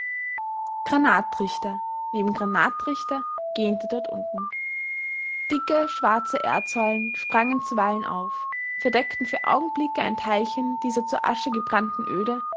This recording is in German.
granattrichter neben granattrichter gähnte dort unten dicke schwarze erdsäulen sprangen zuweilen auf verdeckten für augenblicke ein teilchen dieser zu asche gebrannten öde